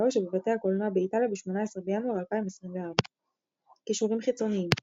ובבתי הקולנוע באיטליה ב-18 בינואר 2024. קישורים חיצוניים "שטעטל",